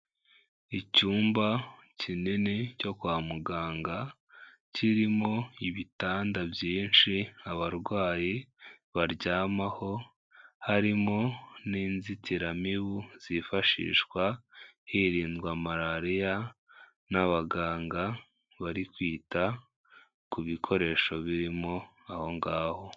Icyumba kinini cyo kwa muganga kirimo ibitanda byinshi abarwayi baryamaho harimo n'inzitiramibu zifashishwa hirindwa malariya n'abaganga bari kwita ku bikoresho biririmo aho ngaho.